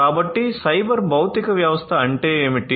కాబట్టి సైబర్ భౌతిక వ్యవస్థ అంటే ఏమిటి